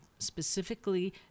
specifically